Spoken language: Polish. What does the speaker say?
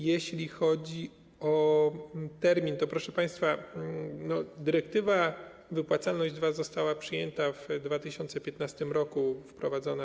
Jeśli chodzi o termin, to, proszę państwa, dyrektywa Wypłacalność II została przyjęta w 2015 r. i wprowadzona.